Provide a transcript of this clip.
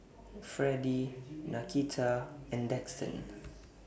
Freddy Nakita and Daxton